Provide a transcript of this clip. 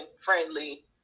friendly